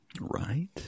Right